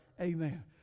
Amen